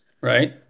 right